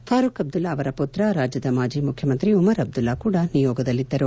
ಫಾರೂಕ್ ಅಬ್ದುಲ್ಲಾ ಅವರ ಪುತ್ರ ರಾಜ್ಯದ ಮಾಜಿ ಮುಖ್ಯಮಂತ್ರಿ ಉಮರ್ ಅಬ್ದುಲ್ಲಾ ಕೂಡಾ ನಿಯೋಗದಲ್ಲಿದ್ದರು